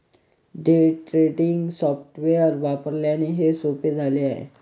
day trading software वापरल्याने हे सोपे झाले आहे